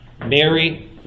Mary